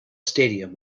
stadium